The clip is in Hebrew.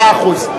מאה אחוז.